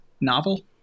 novel